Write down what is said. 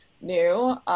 new